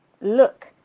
look